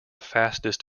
fastest